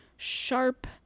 sharp